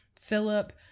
Philip